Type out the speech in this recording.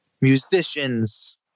musicians